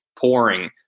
pouring